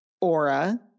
Aura